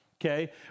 Okay